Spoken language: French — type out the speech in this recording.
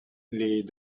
les